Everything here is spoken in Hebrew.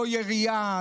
לא ירייה,